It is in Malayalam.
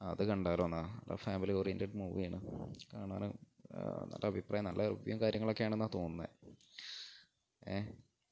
അത് കണ്ടാലോയെന്നാണ് നല്ല ഫാമിലി ഓറിയൻറ്റഡ് മൂവിയാണ് കാണാനും നല്ല അഭിപ്രായവും നല്ല റിവ്യുവും കാര്യങ്ങളുമൊക്കെയാണെന്നാണ് തോന്നുന്നത് ഏഹ